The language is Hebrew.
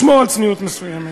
לשמור על צניעות מסוימת.